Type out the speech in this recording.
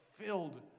filled